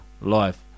life